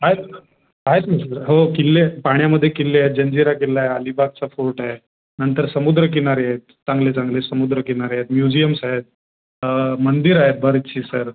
आहेत आहेत ना सर हो किल्ले आहेत पाण्यामध्ये किल्ले आहेत जंजिरा किल्ला आहे अलिबागचा फोर्ट आहे नंतर समुद्र किनारे आहेत चांगले चांगले समुद्र किनारे आहेत म्युझियम्स आहेत मंदिर आहेत बरीचशी सर